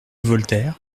voltaire